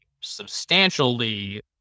substantially